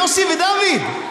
יוסי ודוד.